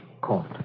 court